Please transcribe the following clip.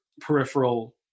peripheral